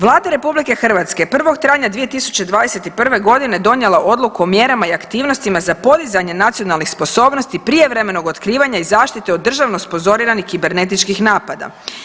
Vlada RH 1. travnja 2021.g. donijela odluku o mjerama i aktivnostima za podizanje nacionalnih sposobnosti prijevremenog otkrivanja i zaštite od državno sponzoriranih kibernetičkih napada.